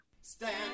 Stand